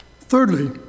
Thirdly